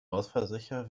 ausfallsicher